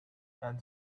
and